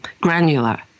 granular